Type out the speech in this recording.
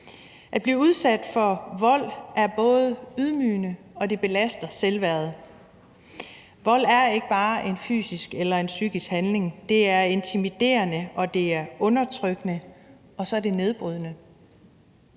At blive udsat for vold er både ydmygende, og det belaster selvværdet. Vold er ikke bare en fysisk eller en psykisk handling, det er intimiderende, og det er undertrykkende, og så er det nedbrydende.